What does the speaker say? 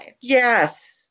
Yes